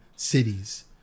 cities